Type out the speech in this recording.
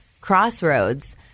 Crossroads